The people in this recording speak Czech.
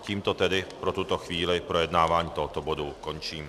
Tímto tedy pro tuto chvíli projednávání tohoto bodu končím.